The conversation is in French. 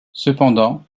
cependant